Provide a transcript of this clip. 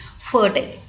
fertile